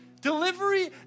Delivery